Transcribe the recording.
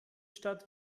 stadt